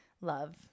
love